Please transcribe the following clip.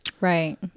Right